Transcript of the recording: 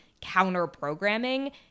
counter-programming